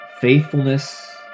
faithfulness